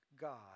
God